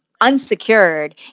unsecured